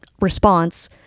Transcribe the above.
response